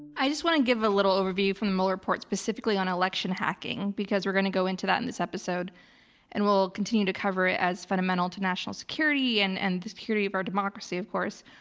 i just want to give a little overview from the mueller report, specifically on election hacking because we're going to go into that in this episode and we'll continue to cover it as fundamental to national security and and the security of our democracy of course.